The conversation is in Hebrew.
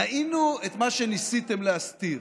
ראינו את מה שניסיתם להסתיר,